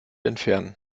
entfernen